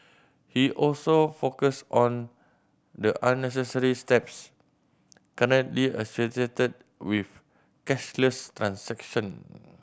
he also focused on the unnecessary steps currently associated with cashless transaction